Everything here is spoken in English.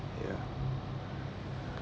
ya